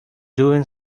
doing